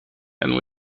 and